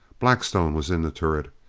blackstone was in the turret.